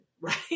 right